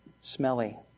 smelly